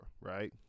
right